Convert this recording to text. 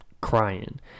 crying